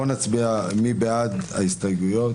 נצביע מי בעד ההסתייגויות?